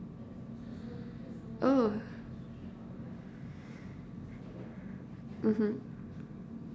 oh mmhmm